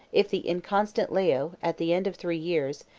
if the inconstant leo, at the end of three years,